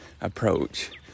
approach